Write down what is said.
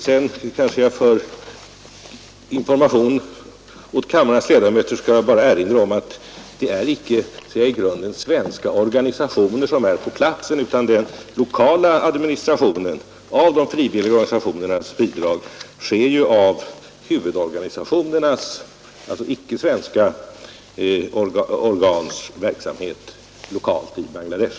Sedan kanske jag, som information åt kammarens ledamöter, bör erinra om att det inte är de svenska organistionerna som är på platsen; den lokala administrationen av de frivilliga organisationernas bidrag sköts av huvudorganisationerna — dvs. icke-svenska organ — lokalt i Bangladesh.